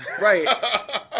Right